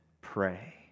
pray